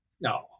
No